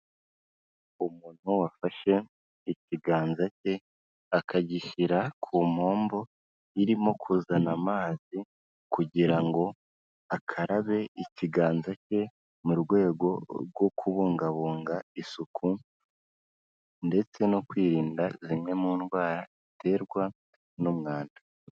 Umuntu wafashe ikiganza cye akagishyira ku mpombo irimo kuzana amazi kugira ngo akarabe ikiganza cye mu rwego rwo kubungabunga isuku ndetse no kwirinda zimwe mu ndwara ziterwa n'umwanda.